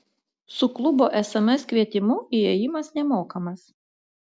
su klubo sms kvietimu įėjimas nemokamas